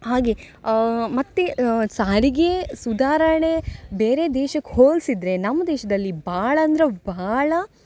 ಹಾಗೆ ಮತ್ತು ಸಾರಿಗೆ ಸುಧಾರಣೆ ಬೇರೆ ದೇಶಕ್ಕೆ ಹೋಲಿಸಿದರೆ ನಮ್ಮ ದೇಶದಲ್ಲಿ ಭಾಳ ಅಂದ್ರೆ ಭಾಳ